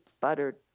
buttered